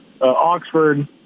Oxford